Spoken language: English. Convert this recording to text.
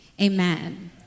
amen